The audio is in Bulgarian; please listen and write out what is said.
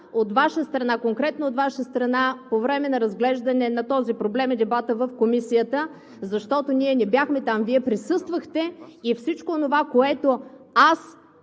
липсваха конкретно от Ваша страна по време на разглеждане на този проблем и дебата в Комисията? Ние не бяхме там. Вие присъствахте и всичко онова, което аз